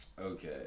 Okay